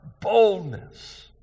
boldness